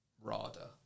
RADA